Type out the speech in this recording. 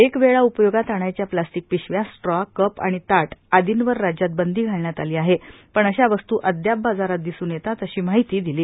एकवेळा उपयोगात आणायच्या प्लॅस्टीक पिशव्या स्ट्रॉ कप आणि ताट आदींवर राज्यात बंदी घालण्यात आली आहे पण अशा वस्तू अदयाप बाजारात दिसून येतात अशी माहिती दिली